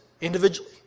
individually